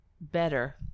better